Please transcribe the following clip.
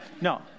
No